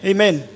Amen